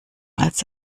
als